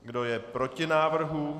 Kdo je proti návrhu?